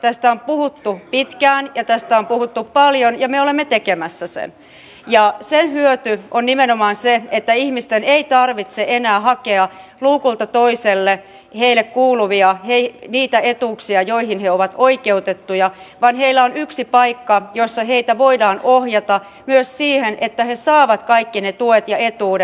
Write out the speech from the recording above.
tästä on puhuttu pitkään ja tästä on puhuttu paljon ja me olemme tekemässä sen ja sen hyöty on nimenomaan se että ihmisten ei tarvitse enää hakea luukulta toiselle niitä etuuksia joihin he ovat oikeutettuja vaan heillä on yksi paikka jossa heitä voidaan ohjata myös siihen että he saavat kaikki ne tuet ja etuudet